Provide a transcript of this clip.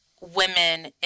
women